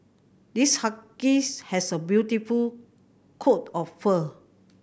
this husky has a beautiful coat of fur